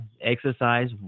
exercise